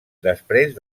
després